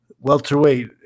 welterweight